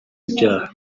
ibyaha